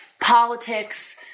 politics